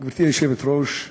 גברתי היושבת-ראש,